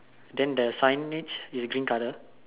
then the signage is green colour